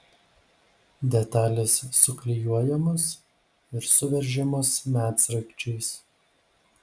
detalės suklijuojamos ir suveržiamos medsraigčiais